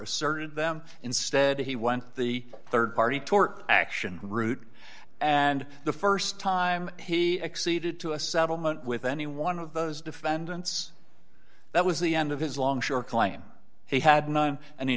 asserted them instead he won the rd party tort action route and the st time he exceeded to a settlement with any one of those defendants that was the end of his long shore claim he had none and he